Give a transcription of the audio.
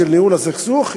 של ניהול הסכסוך,